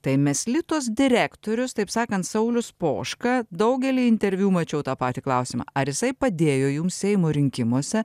tai meslitos direktorius taip sakant saulius poška daugely interviu mačiau tą patį klausimą ar jisai padėjo jums seimo rinkimuose